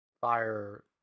Fire